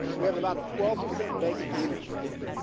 we have about a twelve percent vacant unit right.